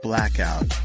Blackout